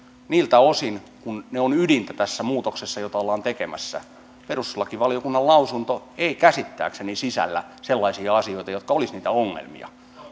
niiltä osin kuin ne ovat ydintä tässä muutoksessa jota ollaan tekemässä perustuslakivaliokunnan lausunto ei käsittääkseni sisällä sellaisia asioita jotka olisivat niitä ongelmia